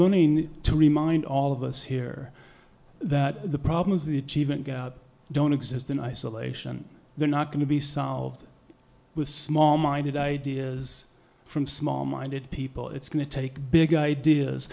learning to remind all of us here that the problems of the achievement don't exist in isolation they're not going to be solved with small minded ideas from small minded people it's going to take big ideas